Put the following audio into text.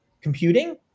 computing